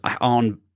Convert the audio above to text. on